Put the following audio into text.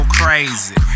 crazy